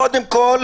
קודם כול,